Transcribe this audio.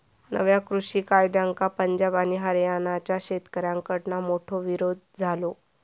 नव्या कृषि कायद्यांका पंजाब आणि हरयाणाच्या शेतकऱ्याकडना मोठो विरोध झालो